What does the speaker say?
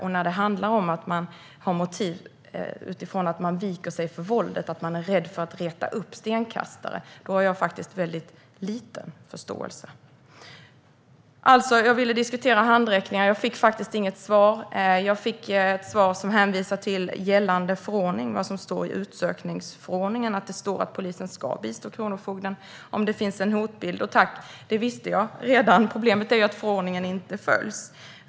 Och jag har väldigt liten förståelse för att man viker sig för våldet eller är rädd att reta upp stenkastare. Jag ville diskutera handräckningar men fick inget svar. Svaret jag fick var en hänvisning till gällande förordning och att det i utsökningsförordningen står att polisen ska bistå kronofogden om det finns en hotbild. Jo tack, det visste jag redan. Problemet är att förordningen inte följs.